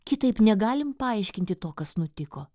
kitaip negalim paaiškinti to kas nutiko